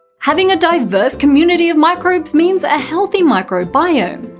having a diverse community of microbes means a healthy microbiome.